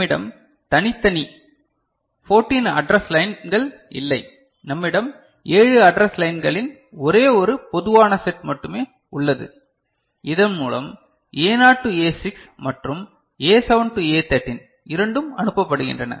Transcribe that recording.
நம்மிடம் தனித்தனி 14 அட்ரஸ் லைன்கள் இல்லை நம்மிடம் 7 அட்ரஸ் லைன்களின் ஒரே ஒரு பொதுவான செட் மட்டுமே உள்ளது இதன் மூலம் Aனாட் டு A6 மற்றும் A7 டு A13 இரண்டும் அனுப்பப்படுகின்றன